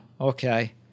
okay